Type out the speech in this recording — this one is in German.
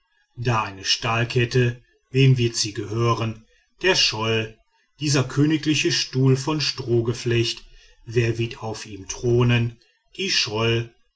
da eine stahlkette wem wird sie gehören der schol dieser königliche stuhl von strohgeflecht wer wird auf ihm thronen die schol